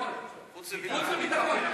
חוץ וביטחון.